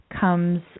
comes